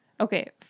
Okay